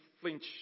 flinch